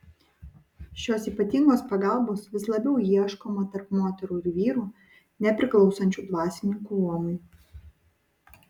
šios ypatingos pagalbos vis labiau ieškoma tarp moterų ir vyrų nepriklausančių dvasininkų luomui